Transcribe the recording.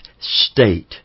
state